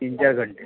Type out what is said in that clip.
तीन चार घंटे